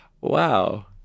wow